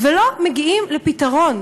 ולא מגיעים לפתרון.